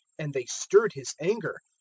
and they stirred his anger.